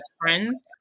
friends